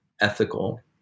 ethical